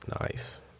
nice